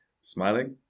smiling